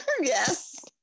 yes